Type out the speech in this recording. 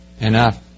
enough